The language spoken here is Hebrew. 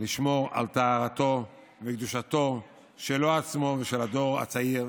לשמור על טהרתו וקדושתו שלו עצמו ושל הדור הצעיר